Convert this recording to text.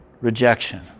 Rejection